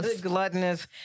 gluttonous